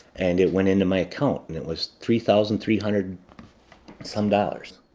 and it went into my account. and it was three thousand three hundred some dollars.